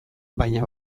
baina